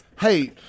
hey